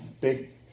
big